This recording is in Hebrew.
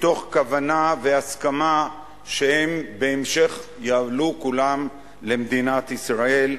מתוך כוונה והסכמה שבהמשך הם יעלו כולם למדינת ישראל,